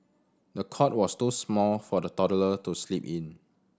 the cot was too small for the toddler to sleep in